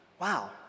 Wow